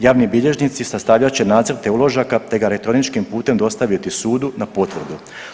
Javni bilježnici sastavljat će nacrte uložaka, te ga elektroničkim putem dostaviti sudu na potvrdu.